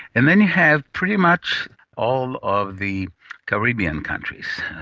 and then you have pretty much all of the caribbean countries.